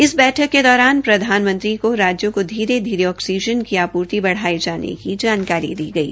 इस बैठक के दौरान प्रधानमंत्री को राज्यों को धीरे धीरे ऑक्सीजन की आपूर्ति बढ़ाये जाने की जानकारी दी गई